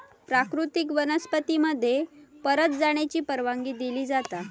प्राकृतिक वनस्पती मध्ये परत जाण्याची परवानगी दिली जाता